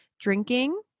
drinking